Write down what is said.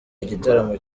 igitaramo